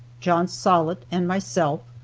john sollitt and myself,